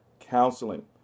counseling